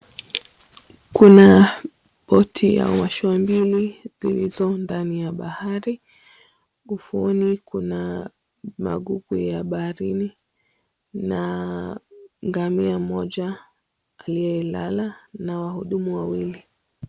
Kuna boti au mashua mbili zilizo ndani ya bahari, ufuoni kuna magugu ya baharini na ngamia moja aliyelala na wahudumu wawili.